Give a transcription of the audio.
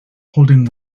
holding